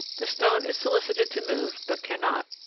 the stone is solicited to move but cannot,